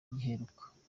giheruka